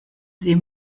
sie